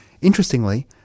Interestingly